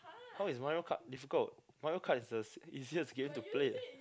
how is Mario-Kart difficult Mario-Kart is the easiest game to play